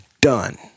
done